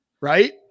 Right